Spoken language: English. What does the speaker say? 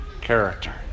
character